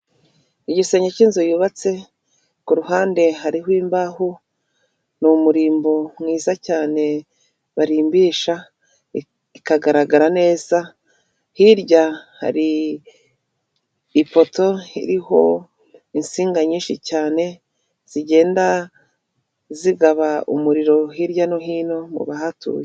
Igisenge cy'inzu yubatse, ku ruhande hariho imbaho, ni umurimbo mwiza cyane barimbisha ikagaragara neza, hirya hari ipoto iriho insinga nyinshi cyane zigenda zigaba umuriro hirya no hino mu bahatuje.